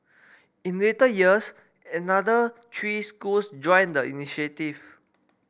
in later years another three schools joined the initiative